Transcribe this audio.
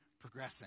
progressing